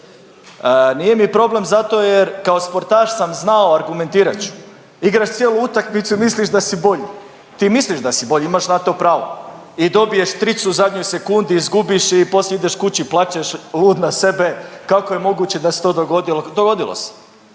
Nije mi problem zato jer kao sportaš sam znao, argumentirat ću, igraš cijelu utakmicu i misliš da si bolji, ti misliš da si bolji, imaš na to pravo i dobiješ tricu, u zadnjoj sekundi izgubiš i poslije ideš kući i plačeš, lud na sebe, kako je moguće da se to dogodilo, dogodilo se.